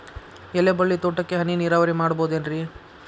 ಎಲೆಬಳ್ಳಿ ತೋಟಕ್ಕೆ ಹನಿ ನೇರಾವರಿ ಮಾಡಬಹುದೇನ್ ರಿ?